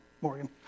Morgan